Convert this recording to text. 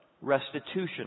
restitution